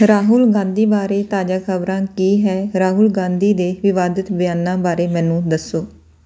ਰਾਹੁਲ ਗਾਂਧੀ ਬਾਰੇ ਤਾਜ਼ਾ ਖ਼ਬਰਾਂ ਕੀ ਹੈ ਰਾਹੁਲ ਗਾਂਧੀ ਦੇ ਵਿਵਾਦਿਤ ਬਿਆਨਾਂ ਬਾਰੇ ਮੈਨੂੰ ਦੱਸੋ